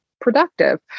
productive